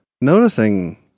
noticing